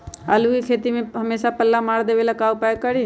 आलू के खेती में हमेसा पल्ला मार देवे ला का उपाय करी?